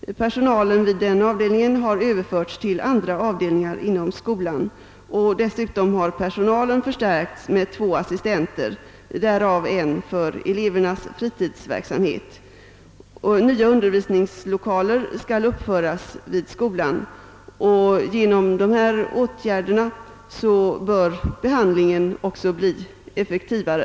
Personalen vid denna avdelning har överförts till andra avdelningar inom skolan. Dessutom har personalen förstärkts med två assistenter, av vilka en skall syssla med elevernas fritidsverksamhet. Nya undervisningslokaler skall uppföras vid skolan och genom dessa åtgärder bör behandlingen också bli effektivare.